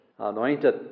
anointed